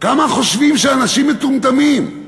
כמה חושבים שאנשים מטומטמים?